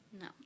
No